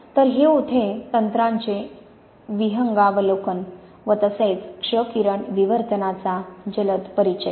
तर हे होते तंत्रांचे विहंगावलोकन व तसेच क्ष किरण विवर्तनाचा जलद परिचय